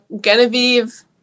Genevieve